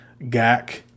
Gak